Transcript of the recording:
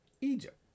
Egypt